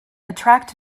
attract